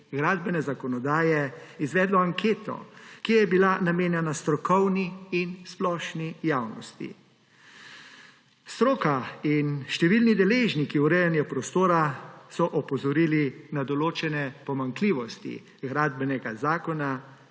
gradbene zakonodaje izvedlo anketo, ki je bila namenjena strokovni in splošni javnosti. Stroka in številni deležniki urejanja prostora so opozorili na določene pomanjkljivosti Gradbenega zakona,